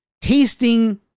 Tasting